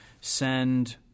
send